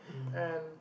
and